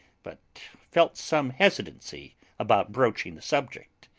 but felt some hesitancy about broaching the subject.